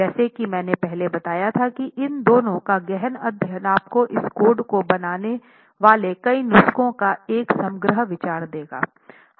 जैसा कि मैंने पहले बताया था की इन दोनों का गहन अध्ययन आपको इस कोड को बनाने वाले कई नुस्खों का एक समग्र विचार देगा